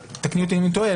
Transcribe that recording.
תקני אותי אם אני טועה,